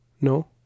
No